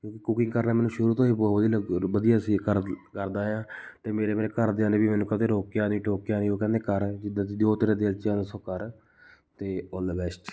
ਕਿਉਂਕਿ ਕੁਕਿੰਗ ਕਰਨਾ ਮੈਨੂੰ ਸ਼ੁਰੂ ਤੋਂ ਹੀ ਬਹੁਤ ਵਧੀਆ ਵਧੀਆ ਸੀ ਕਰ ਕਰਦਾ ਹਾਂ ਅਤੇ ਮੇਰੇ ਮੇਰੇ ਘਰਦਿਆਂ ਨੇ ਵੀ ਮੈਨੂੰ ਕਦੇ ਰੋਕਿਆ ਨਹੀਂ ਟੋਕਿਆ ਨਹੀਂ ਉਹ ਕਹਿੰਦੇ ਕਰ ਜਿੱਦਾਂ ਜ ਜੋ ਤੇਰੇ ਦਿਲ 'ਚ ਸੋ ਕਰ ਅਤੇ ਔਲ ਦਾ ਵੈਸਟ